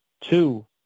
Two